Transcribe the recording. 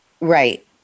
Right